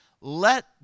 Let